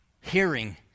hearing